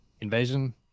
invasion